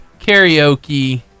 karaoke